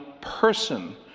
person